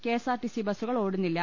KSRTC ബസുകൾ ഓടുന്നില്ല